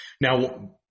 now